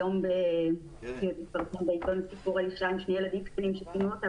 היום התפרסם בעיתון סיפור על אישה עם שני ילדים קטנים שפינו אותה,